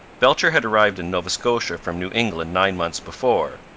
belcher had arrived in nova scotia from new england nine months before.